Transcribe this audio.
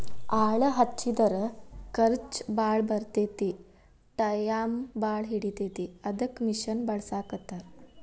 ಆಳ ಹಚ್ಚಿದರ ಖರ್ಚ ಬಾಳ ಬರತತಿ ಟಾಯಮು ಬಾಳ ಹಿಡಿತತಿ ಅದಕ್ಕ ಮಿಷನ್ ಬಳಸಾಕತ್ತಾರ